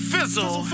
Fizzle